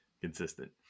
Consistent